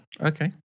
Okay